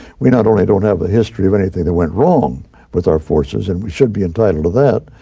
we not only don't have the history of anything that went wrong with our forces and we should be entitled to that,